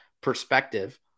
perspective